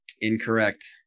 Incorrect